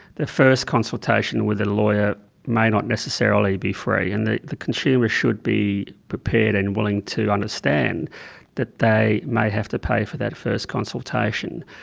the first consultation with a lawyer may not necessarily be free. and the the consumer should be prepared and willing to understand that they may have to pay for that first consultation.